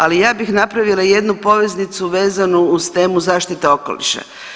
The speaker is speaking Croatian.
Ali bih napravila jednu poveznicu vezanu uz temu zaštita okoliša.